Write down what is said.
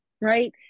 right